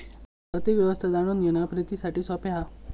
आर्थिक अर्थ व्यवस्था जाणून घेणा प्रितीसाठी सोप्या हा